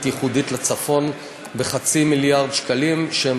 ייחודית לצפון בחצי מיליארד שקלים שהם